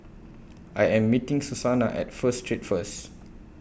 I Am meeting Susannah At First Street First